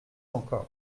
encore